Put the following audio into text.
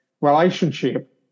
relationship